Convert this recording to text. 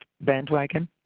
bandwagon